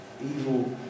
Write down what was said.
evil